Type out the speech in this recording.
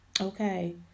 Okay